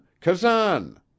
Kazan